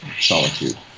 solitude